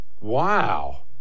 Wow